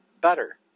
better